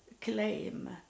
claim